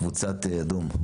קבוצת אדום.